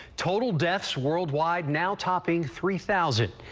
total deaths worldwide now topping three thousand.